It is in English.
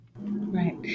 Right